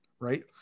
Right